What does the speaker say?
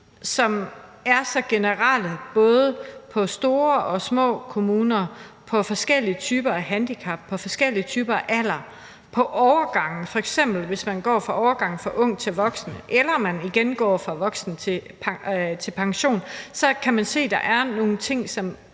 som er generelle i både store og små kommuner, ved forskellige typer af handicap, ved forskellige typer af alder, ved overgange, f.eks. når man går fra ung til voksen eller man går fra voksen til pension, og vi kan se, at der er nogle ting, som